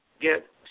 Get